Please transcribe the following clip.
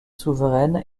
souveraine